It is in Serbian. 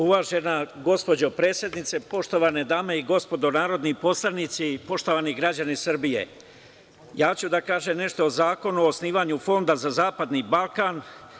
Uvažena gospođo predsednice, poštovane dame i gospodo narodni poslanici i poštovani građani Srbije, ja ću da kažem nešto o Zakonu o osnivanju Fonda za zapadni Balkan.